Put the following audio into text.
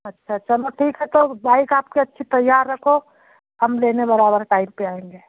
अच्छा चलो ठीक है तो बाइक आपकी अच्छी तैयार रखो हम लेने बराबर टाइम पर आएंगे